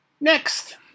Next